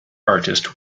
artist